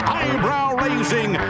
eyebrow-raising